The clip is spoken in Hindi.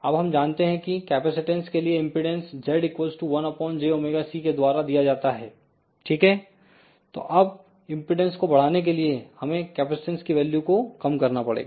अब हम जानते हैं कि कैपेसिटेंस के लिए इंपेडेंस Z 1 jωc के द्वारा दिया जाता है ठीक है तो अब इंपेडेंस को बढ़ाने के लिए हमें कैपेसिटेंस की वैल्यू को कम करना पड़ेगा